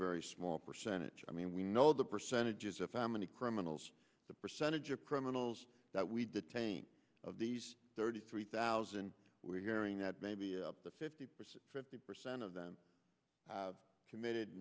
very small percentage i mean we know the percentages of family criminals the percentage of criminals that we detain of these thirty three thousand we're hearing that maybe up to fifty percent fifty percent of them have committed